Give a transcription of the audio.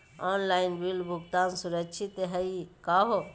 Online bill भुगतान सुरक्षित हई का हो?